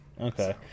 Okay